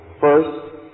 first